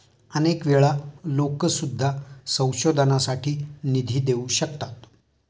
अनेक वेळा लोकं सुद्धा संशोधनासाठी निधी देऊ शकतात